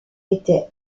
étaient